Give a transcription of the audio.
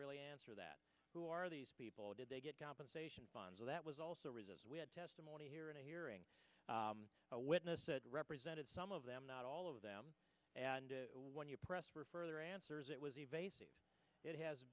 really answer that who are these people did they get compensation fund so that was also rizzo's we had testimony here and a hearing witness said represented some of them not all of them and when you pressed for further answers it was evasive it has